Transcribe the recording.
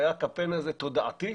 היה קמפיין תודעתי.